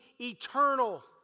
eternal